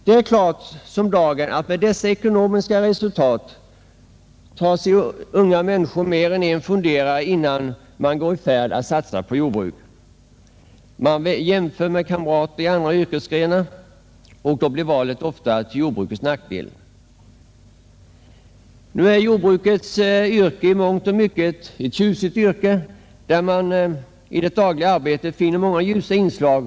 Det är klart som dagen att med dessa ekonomiska resultat tar sig unga människor mer än en funderare, innan de satsar på jordbruk. De gör jämförelser med kamrater i andra yrken, och då blir valet ofta till jordbrukets nackdel. Nu är jordbrukarens yrke i mångt och mycket tjusigt, och det finns i det dagliga arbetet många ljusa inslag.